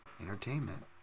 Entertainment